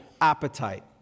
appetite